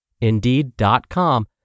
indeed.com